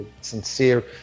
sincere